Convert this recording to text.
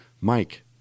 Mike